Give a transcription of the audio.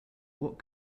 what